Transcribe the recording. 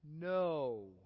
No